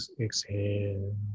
exhale